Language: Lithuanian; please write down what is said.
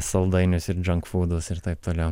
saldainiuos ir džankfūdus ir taip toliau